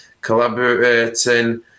collaborating